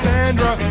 Sandra